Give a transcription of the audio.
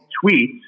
tweet